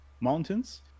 mountains